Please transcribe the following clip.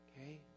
Okay